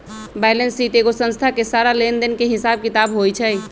balance sheet एगो संस्था के सारा लेन देन के हिसाब किताब होई छई